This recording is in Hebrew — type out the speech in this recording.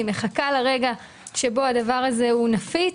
היא מחכה לרגע שבו הדבר הזה נפיץ,